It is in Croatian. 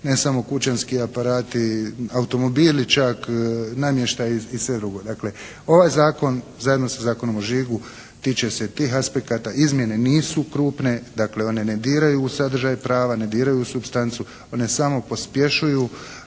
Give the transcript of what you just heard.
Ne samo kućanski aparati, automobili čak, namještaj i sve drugo. Dakle ovaj zakon zajedno sa Zakonom o žigu tče se tih aspekata, izmjene nisu krupne, dakle one ne diraju u sadržaj prava, ne diraju u supstancu, one samo pospješuju